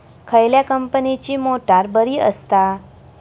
खयल्या कंपनीची मोटार बरी असता?